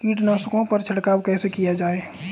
कीटनाशकों पर छिड़काव कैसे किया जाए?